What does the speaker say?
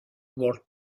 world